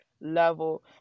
level